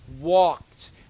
walked